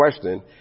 question